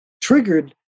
triggered